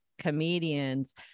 comedians